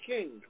King